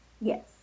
yes